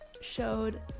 showed